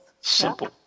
Simple